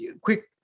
Quick